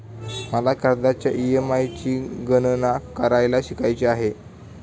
मला कर्जाच्या ई.एम.आय ची गणना करायला शिकायचे आहे